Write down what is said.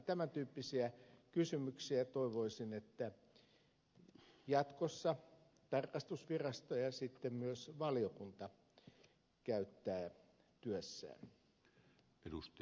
tämäntyyppisiä kysymyksiä toivoisin jatkossa tarkastusviraston ja myös valiokunnan käyttävän työssään